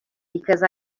because